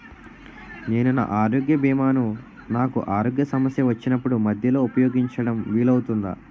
నేను నా ఆరోగ్య భీమా ను నాకు ఆరోగ్య సమస్య వచ్చినప్పుడు మధ్యలో ఉపయోగించడం వీలు అవుతుందా?